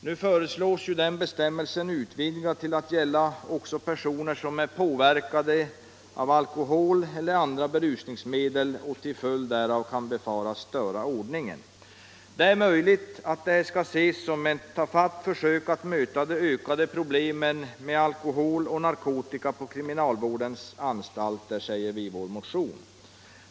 Nu föreslås den bestämmelsen utvidgad till att gälla även personer som är påverkade av alkohol eller andra berusningsmedel och till följd därav kan befaras störa ordningen. Det är möjligt att detta skall ses som ett tafatt försök att möta de ökade problemen med alkohol och narkotika på kriminalvårdens anstalter, säger vi i mo tionen.